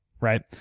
right